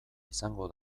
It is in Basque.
izango